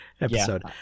episode